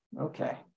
Okay